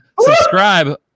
Subscribe